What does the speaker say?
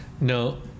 No